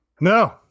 No